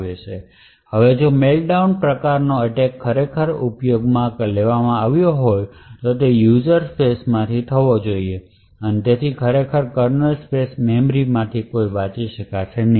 આ હવે જો મેલ્ટડાઉન પ્રકારનો એટેક ખરેખર ઉપયોગમાં લેવામાં આવ્યો હોય તો તે યુઝર સ્પેસમાંથી થવો જોઈએ અને તેથી ખરેખર કર્નલ સ્પેસ મેમરીમાંથી કાંઈ વાંચી શકશે નહીં